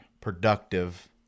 productive